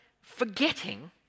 forgetting